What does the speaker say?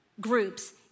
groups